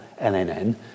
LNN